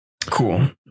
Cool